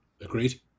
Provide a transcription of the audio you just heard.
Agreed